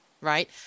right